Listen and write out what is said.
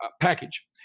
package